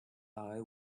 eye